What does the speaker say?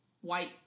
White